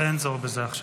אין צורך בזה עכשיו.